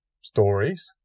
stories